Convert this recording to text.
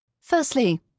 Firstly